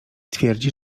twierdzi